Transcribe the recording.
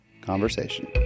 conversation